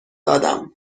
دادم